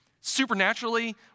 supernaturally